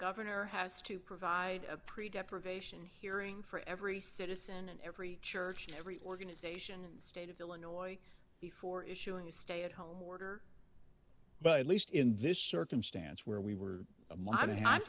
governor has to provide a pretty deprivation hearing for every citizen and every church and every organization in state of illinois before issuing a stay at home order but at least in this circumstance where we were i'm i mean i'm